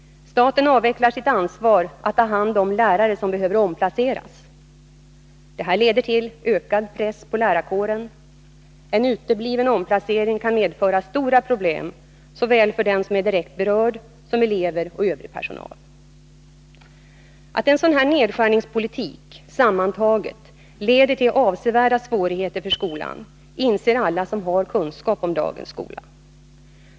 Staten avvecklar sitt ansvar att ta hand om lärare som behöver omplaceras. Det leder till ökad press på lärarkåren. En utebliven omplacering kan medföra stora problem såväl för den som är direkt berörd som för elever och övrig personal. Att en sådan nedskärningspolitik sammantaget leder till avsevärda svårigheter för skolan inser alla som har kunskap om dagens skola.